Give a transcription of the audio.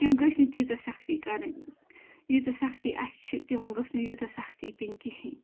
تِم گٔژھۍ نہٕ تیٖژاہ سختی کَرٕنۍ یٖژاہ سختی اَسہِ چھےٚ تِمن گٔژھۍ نہٕ یٖژاہ پینۍ کیٚنٛہہ